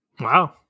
Wow